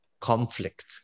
conflict